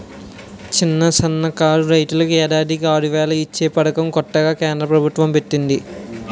చిన్న, సన్నకారు రైతులకు ఏడాదికి ఆరువేలు ఇచ్చే పదకం కొత్తగా కేంద్ర ప్రబుత్వం పెట్టింది